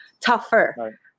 tougher